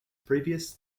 previous